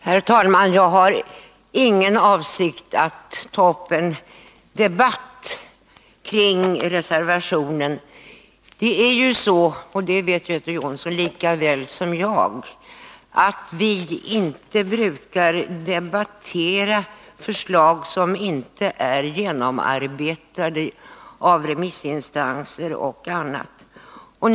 Herr talman! Jag har ingen avsikt att ta upp en debatt om reservationen. Det är ju så — och det vet Göte Jonsson lika väl som jag — att vi inte brukar debattera förslag som inte är genomarbetade av remissinstanser och på annat sätt.